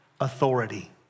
authority